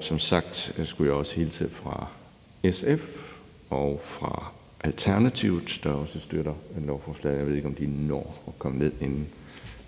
Som sagt skulle jeg også hilse fra SF og fra Alternativet, der også støtter lovforslaget, og jeg ved ikke, om de når at komme herned i salen, inden